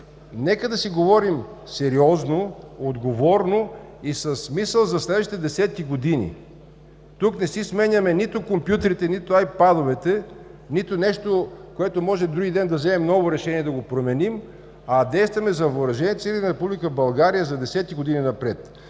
нека да си говорим сериозно, отговорно и с мисъл за следващите десетки години. Тук не си сменяме нито компютрите, нито айпадовете, нито нещо, за което може вдругиден да вземем ново решение – да го променим, а действаме за въоръжените сили на Република България за десетки години напред.